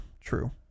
true